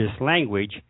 language